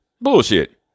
Bullshit